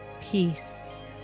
peace